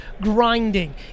grinding